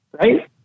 right